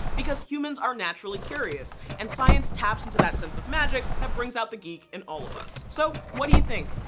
because humans are naturally curious, and science taps into that sense of magic that brings out the curious geek in all of us. so what do you think?